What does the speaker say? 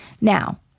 Now